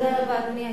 אדוני היושב-ראש,